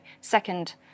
second